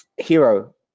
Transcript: Hero